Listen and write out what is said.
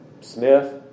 Smith